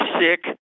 sick